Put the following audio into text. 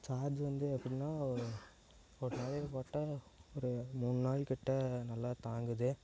charge வந்து எப்படின்னா ஒரு டைம் போட்டால் ஒரு மூணு நாள் கிட்ட நல்லா தாங்குது